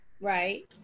Right